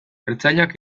ertzainak